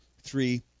three